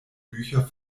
bücher